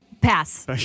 Pass